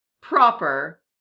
proper